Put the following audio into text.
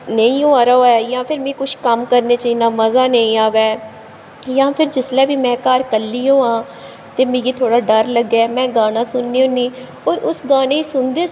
नेईं होआ दा होऐ जां फिर मीं कुछ कम्म करने च इ'न्ना मजा नेईं आवै जां फिर जिसलै बी में घर कल्ली होवां ते मिगी थोह्ड़ा डर लग्गे में गाना सुननी होन्नी और उस गाने गी सुनदे सुनदे